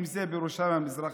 אם זה בירושלים המזרחית,